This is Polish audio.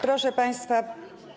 Proszę państwa.